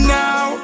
now